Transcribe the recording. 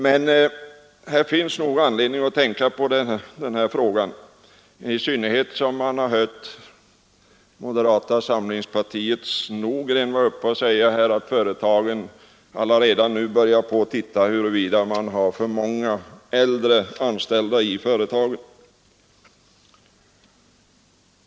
Men det finns nog anledning att uppmärksamma den här frågan, i synnerhet som vi nyss hört herr Nordgren från moderata samlingspartiet meddela att företagen redan börjat se efter om de har för många äldre anställda i företagen.